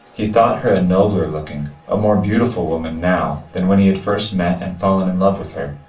he thought her a nobler-looking, a more beautiful woman now than when he had first met and fallen in love with her.